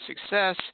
success